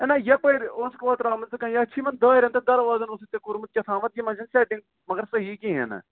ہے نہَ یِپٲری اوسُکھ اوترٕ آمُت یتھ چھِ یِمَن دارٮ۪ن تہٕ دَروازَن اوسُتھ ژٕ کوٚرمُت کیٛاہتام یِمَن چھِنہٕ سیٚٹِنٛگ مَگر صحیح کِہیٖنۍ نہٕ